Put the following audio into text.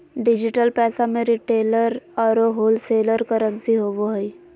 digital पैसा में retailer औरो होलसेलर करंसी होवो हइ